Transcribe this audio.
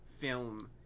film